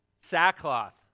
Sackcloth